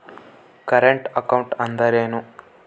Current account ಅಂದರೇನು?